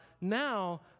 Now